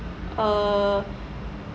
uh